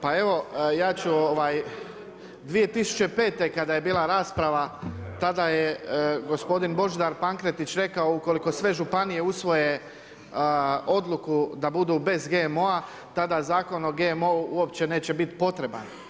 Pa evo, ja ću ovaj, 2005. kada je bila rasprava, tada je gospodin Božidar Pankretić rekao, ukoliko sve županije usvoje odluku da budu bez GMO-a, tada Zakon o GMO-u uopće neće biti potreban.